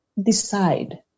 decide